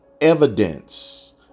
evidence